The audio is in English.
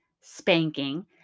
spanking